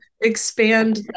expand